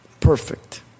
Perfect